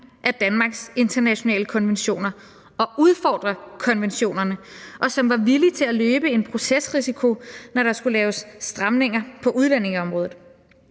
af Danmarks internationale konventioner og udfordre konventionerne, og som var villig til at løbe en procesrisiko, når der skulle laves stramninger på udlændingeområdet.